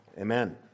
Amen